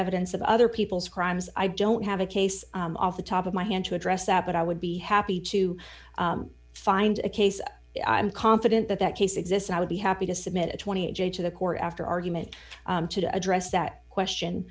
evidence of other people's crimes i don't have a case off the top of my hand to address that but i would be happy to find a case i'm confident that that case exists i would be happy to submit a twenty page of the court after argument to address that question